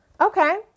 Okay